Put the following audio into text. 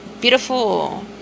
beautiful